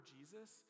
Jesus